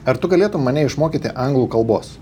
ar tu galėtum mane išmokyti anglų kalbos